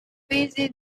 fizzy